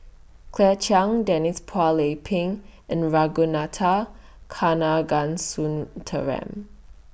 Claire Chiang Denise Phua Lay Peng and Ragunathar Kanagasuntheram